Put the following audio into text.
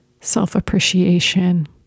self-appreciation